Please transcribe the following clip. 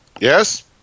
Yes